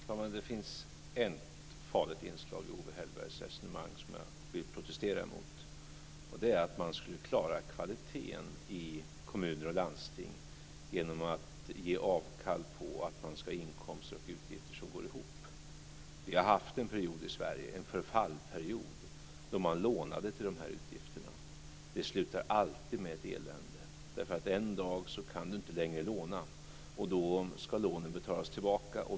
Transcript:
Fru talman! Det finns ett farligt inslag som jag vill protestera mot i Owe Hellbergs resonemang, och det är att man skulle klara kvaliteten i kommuner och landsting genom att ge avkall på att man skulle ha inkomster och utgifter som går ihop. Vi har haft en period i Sverige - en förfallsperiod - då man lånade till de här utgifterna. Det slutar alltid med elände. En dag kan man inte längre låna, och då ska lånen betalas tillbaka.